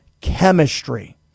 chemistry